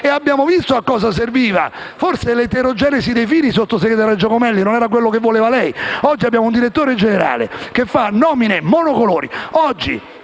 Abbiamo visto a cosa serviva: forse l'eterogenesi dei fini, sottosegretario Giacomelli, non era quello che voleva lei. Oggi abbiamo un direttore generale che fa nomine monocolori.